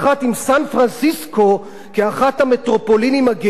כאחת המטרופולינים הגאות המשגשגות בעולם.